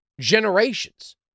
generations